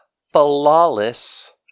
flawless